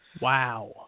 Wow